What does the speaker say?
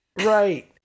Right